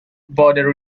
border